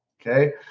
okay